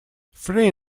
three